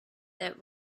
that